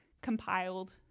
compiled